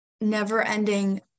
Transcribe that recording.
never-ending